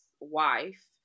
wife